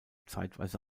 zeitweise